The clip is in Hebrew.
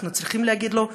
אנחנו צריכים להגיד לו: